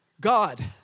God